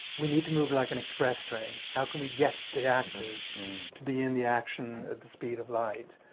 we need to move like an express train. how can we get the actors to be in the action at the speed of light.